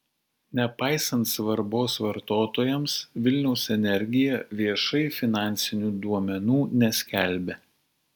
nepaisant svarbos vartotojams vilniaus energija viešai finansinių duomenų neskelbia